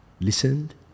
listened